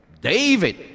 David